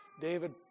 David